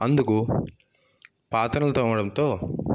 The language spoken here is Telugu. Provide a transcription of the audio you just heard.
అందుకు పాత్రలను తోమడంతో